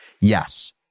yes